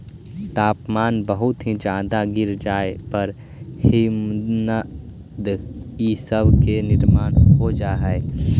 तापमान बहुत ही ज्यादा गिर जाए पर हिमनद इ सब के निर्माण हो जा हई